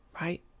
right